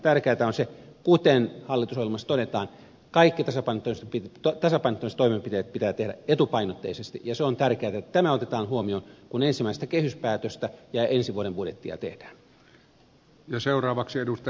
tärkeätä on se kuten hallitusohjelmassa todetaan että kaikki tasapainottamistoimenpiteet pitää tehdä etupainotteisesti ja se on tärkeätä että tämä otetaan huomioon kun ensimmäistä kehyspäätöstä ja ensi vuoden budjettia tehdään